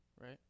Right